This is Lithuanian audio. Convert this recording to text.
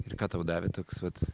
ir ką tau davė toks vat